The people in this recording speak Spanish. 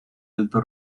alto